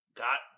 got